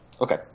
Okay